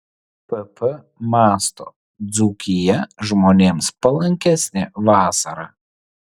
pp mąsto dzūkija žmonėms palankesnė vasarą